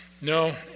No